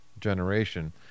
generation